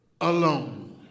alone